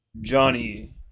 Johnny